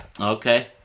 okay